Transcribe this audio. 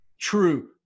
True